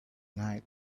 nile